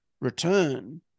return